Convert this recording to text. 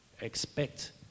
Expect